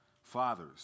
Fathers